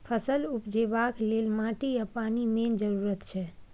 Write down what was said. फसल उपजेबाक लेल माटि आ पानि मेन जरुरत छै